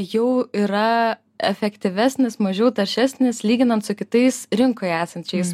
jau yra efektyvesnis mažiau taršesnis lyginant su kitais rinkoje esančiais